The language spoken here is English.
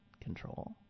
control